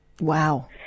Wow